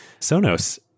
Sonos